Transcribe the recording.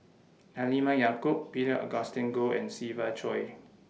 Halimah Yacob Peter Augustine Goh and Siva Choy